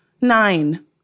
nine